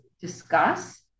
discuss